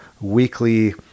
weekly